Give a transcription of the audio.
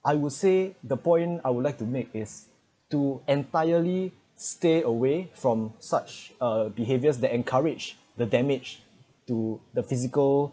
I would say the point I would like to make is to entirely stay away from such uh behaviors that encourage the damage to the physical